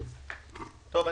טוב,